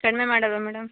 ಕಡಿಮೆ ಮಾಡೋಲ್ವಾ ಮೇಡಮ್